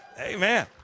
Amen